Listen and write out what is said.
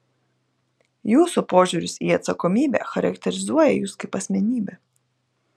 jūsų požiūris į atsakomybę charakterizuoja jus kaip asmenybę